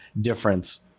difference